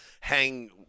hang